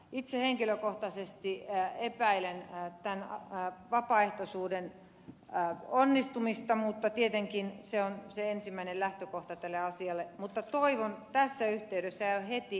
itse henkilökohtaisesti epäilen tämän vapaaehtoisuuden onnistumista mutta tietenkin se on se ensimmäinen lähtökohta tälle asialle mutta toivo on tässä yhteydessä heti